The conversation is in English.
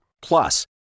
Plus